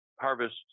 harvest